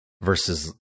versus